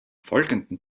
folgenden